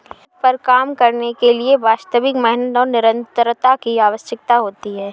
खेत पर काम करने के लिए वास्तविक मेहनत और निरंतरता की आवश्यकता होती है